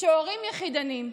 שהורים יחידנים,